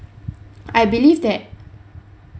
I believe that